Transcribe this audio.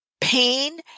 pain